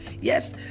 Yes